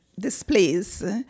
displays